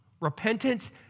repentance